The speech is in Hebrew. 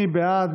מי בעד?